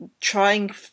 trying